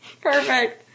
perfect